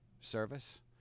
service